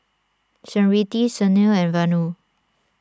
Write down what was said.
Smriti Sunil and Vanu